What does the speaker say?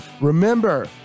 Remember